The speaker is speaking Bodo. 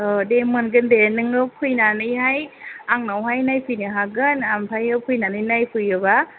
औ दे मोनगोन दे नोङो फैनानैहाय आंनावहाय नायफैनो हागोन ओमफ्रायो फैनानै नायफैयोबा